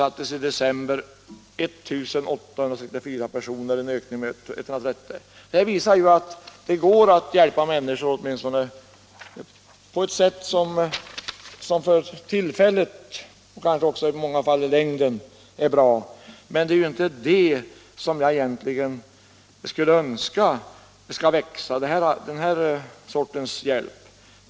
Dessa siffror visar att det går att hjälpa människor på ett sätt som för tillfället och kanske också i längden är bra. Men det är inte den sortens hjälp som jag önskar skall växa.